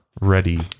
ready